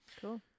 Cool